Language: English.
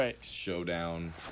showdown